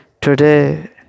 Today